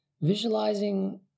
visualizing